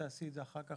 תעשי את זה אחר כך,